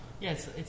Yes